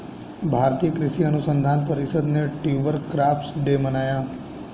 भारतीय कृषि अनुसंधान परिषद ने ट्यूबर क्रॉप्स डे मनाया